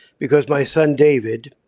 because my son david,